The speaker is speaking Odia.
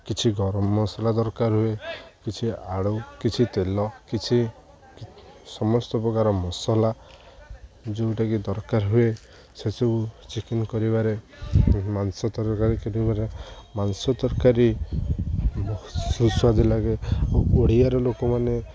କିଛି ଗରମ ମସଲା ଦରକାର ହୁଏ କିଛି ଆଳୁ କିଛି ତେଲ କିଛି ସମସ୍ତ ପ୍ରକାର ମସଲା ଯେଉଁଟାକି ଦରକାର ହୁଏ ସେସବୁ ଚିକେନ କରିବାରେ ମାଂସ ତରକାରୀ କରିବାରେ ମାଂସ ତରକାରୀ ବହୁ ସୁସ୍ୱାଦୁ ଲାଗେ ଆଉ ଓଡ଼ିଆର ଲୋକମାନେ